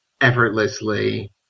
effortlessly